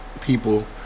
people